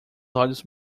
olhos